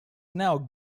now